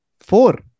four